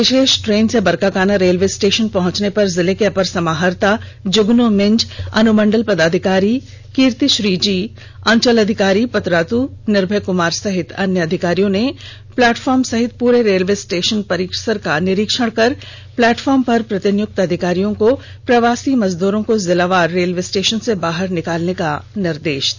विशेष train से Barkakana railway station पहुंचने पर जिले के अपर समाहर्ता श्री जुगन मिंज अनुमंडल पदाधिकारी कीर्तिश्री जी अंचल अधिकारी पतरात निर्भय कुमार सहित अन्य अधिकारियों ने प्लेटफॉर्म सहित पूरे रेलवे स्टेशन परिसर का निरीक्षण कर प्लेटफार्म पर प्रतिनियुक्त अधिकारियों को प्रवासी मजदूरों को जिला वार रेलवे स्टेशन से बाहर निकालने का निर्देश दिया